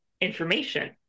information